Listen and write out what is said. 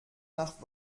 nach